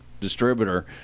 distributor